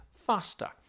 faster